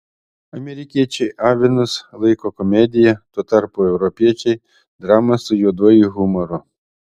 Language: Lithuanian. amerikiečiai avinus laiko komedija tuo tarpu europiečiai drama su juoduoju humoru